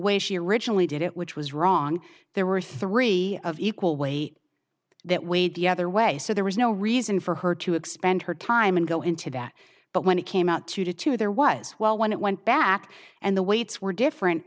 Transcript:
way she originally did it which was wrong there were three of equal weight that weighed the other way so there was no reason for her to expend her time and go into that but when it came out two to two there was well when it went back and the weights were different